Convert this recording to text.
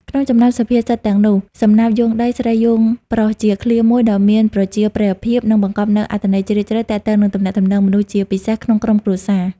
ក្នុងចំណោមសុភាសិតទាំងនោះ សំណាបយោងដី ស្រីយោងប្រុស ជាឃ្លាមួយដ៏មានប្រជាប្រិយភាព និងបង្កប់នូវអត្ថន័យជ្រាលជ្រៅទាក់ទងនឹងទំនាក់ទំនងមនុស្សជាពិសេសក្នុងក្រុមគ្រួសារ។